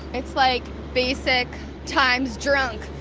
it's like basic times drunk,